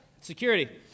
Security